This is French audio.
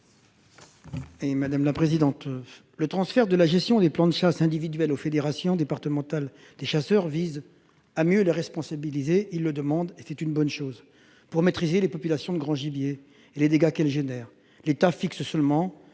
François Patriat. Le transfert de la gestion des plans de chasse individuels aux fédérations départementales des chasseurs vise à mieux les responsabiliser- ils le demandent, et c'est une bonne chose -, pour maîtriser les populations de grand gibier et les dégâts que celles-ci suscitent, l'État fixant